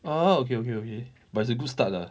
orh okay okay okay but it's a good start lah